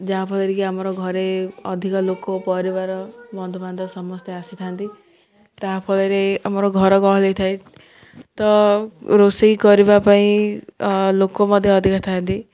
ଯାହାଫଳରେ କି ଆମର ଘରେ ଅଧିକ ଲୋକ ପରିବାର ବନ୍ଧୁବାନ୍ଧବ ସମସ୍ତେ ଆସିଥାନ୍ତି ତା ଫଳରେ ଆମର ଘର ଗହଳି ହୋଇଥାଏ ତ ରୋଷେଇ କରିବା ପାଇଁ ଲୋକ ମଧ୍ୟ ଅଧିକା ଥାନ୍ତି